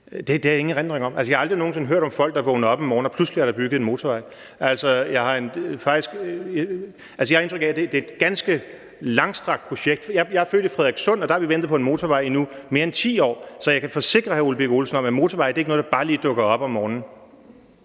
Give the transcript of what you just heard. så har jeg ingen erindring om det. Altså, jeg har aldrig nogen sinde hørt om folk, der er vågnet op en morgen, og pludselig er der bygget en motorvej. Jeg har indtryk af, at det er et ganske langstrakt projekt. Jeg er født i Frederikssund, og der har vi nu ventet på en motorvej i mere end 10 år. Så jeg kan forsikre hr. Ole Birk Olesen om, at en motorvej ikke er noget, der bare lige dukker op om morgenen.